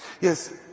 Yes